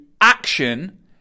action